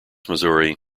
missouri